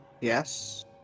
Yes